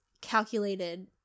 calculated